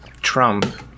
Trump